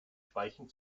speichen